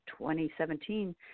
2017